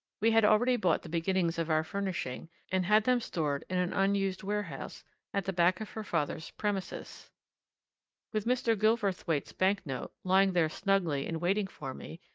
we had already bought the beginnings of our furnishing, and had them stored in an unused warehouse at the back of her father's premises with mr. gilverthwaite's bank-note, lying there snugly in waiting for me,